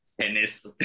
Tennis